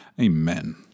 Amen